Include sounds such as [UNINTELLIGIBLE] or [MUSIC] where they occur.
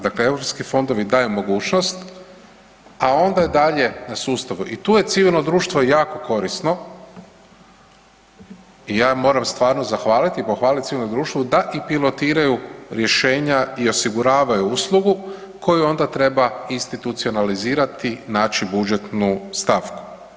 Dakle EU fondovi daju mogućnost, a onda je dalje na sustavu i tu je civilno društvo jako korisno i ja moram stvarno zahvaliti i pohvaliti ... [UNINTELLIGIBLE] da i pilotiraju rješenja i osiguravaju uslugu koju onda treba institucionalizirati, naći budžetnu stavku.